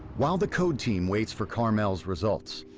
while the code team waits for carmel's results,